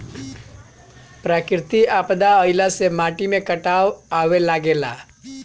प्राकृतिक आपदा आइला से माटी में कटाव आवे लागेला